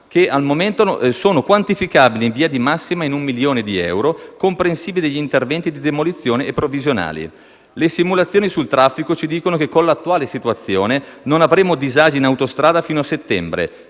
che, al momento, sono quantificabili in via di massima in un milione di euro, comprensivi degli interventi di demolizione e provvisionali. Le simulazioni sul traffico ci dicono che con l'attuale situazione non avremo disagi in autostrada fino a settembre.